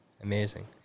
amazing